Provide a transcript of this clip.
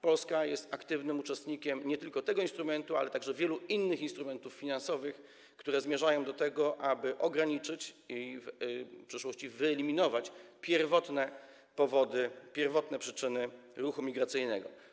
Polska jest aktywnym uczestnikiem nie tylko tego instrumentu, ale także wielu innych instrumentów finansowych, które mają na celu ograniczenie i w przyszłości wyeliminowanie pierwotnych powodów, pierwotnych przyczyn ruchu migracyjnego.